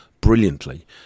brilliantly